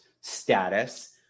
status